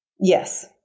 Yes